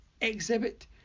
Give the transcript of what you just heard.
exhibit